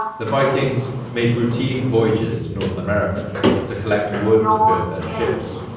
the vikings made routine voyages to north america to collect wood to build their ships,